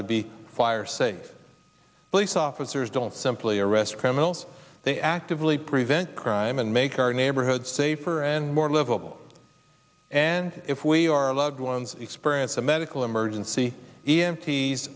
to be fire safe police officers don't simply arrest criminals they actively prevent crime and make our neighborhoods safer and more livable and if we our loved ones experience a medical emergency e